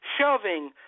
shoving